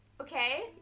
Okay